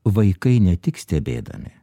vaikai ne tik stebėdami